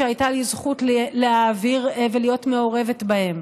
והייתה לי הזכות להעביר ולהיות מעורבת בו.